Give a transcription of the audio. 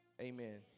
Amen